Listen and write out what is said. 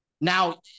now